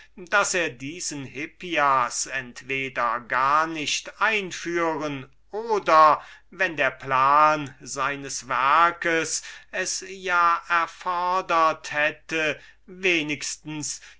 daß wir diesen hippias entweder gar nicht einführen oder wenn dieses der plan unsers werkes ja erfodert hätte